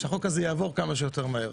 שהחוק הזה יעבור כמה שיותר מהר.